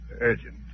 Urgent